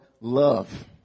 love